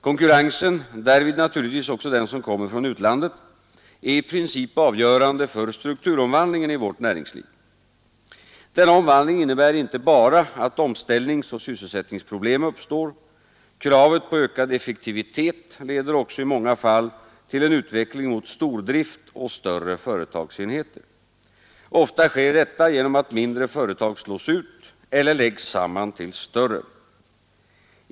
Konkurrensen — därvid naturligtvis också den som kommer från utlandet — är i princip avgörande för strukturomvandlingen i vårt näringsliv. Denna omvandling innebär inte bara att omställningsoch sysselsättningsproblem uppstår. Kravet på ökad effektivitet leder också i många fall till en utveckling mot stordrift och större företagsenheter. Ofta sker detta genom att mindre företag slås ut eller läggs samman till större.